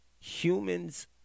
Humans